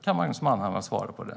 Kan Magnus Manhammar svara på det?